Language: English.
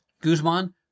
Guzman